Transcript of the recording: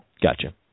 Gotcha